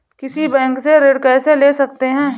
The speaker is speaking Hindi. किसी बैंक से ऋण कैसे ले सकते हैं?